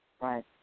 right